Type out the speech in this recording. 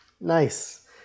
Nice